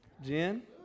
Jen